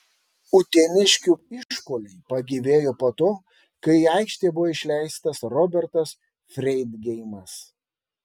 uteniškių išpuoliai pagyvėjo po to kai į aikštę buvo išleistas robertas freidgeimas